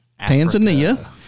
Tanzania